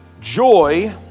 Joy